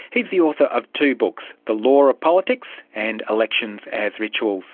he is the author of two books, the law of politics, and elections as rituals